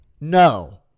No